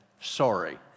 sorry